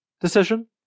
decision